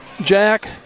Jack